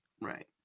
Right